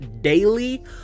Daily